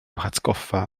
hatgoffa